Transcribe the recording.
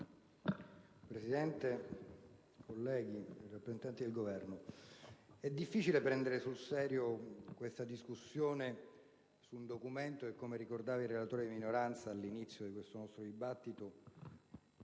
Presidente, colleghi, rappresentanti del Governo, è difficile prendere sul serio questa discussione su un documento che - come ricordava il relatore di minoranza all'inizio del nostro dibattito